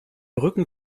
rücken